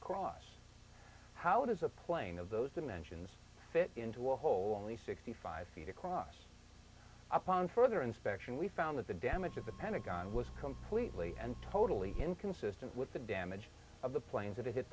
across how does a plane of those dimensions fit into a hole only sixty five feet across upon further inspection we found that the damage at the pentagon was completely and totally inconsistent with the damage of the planes that hit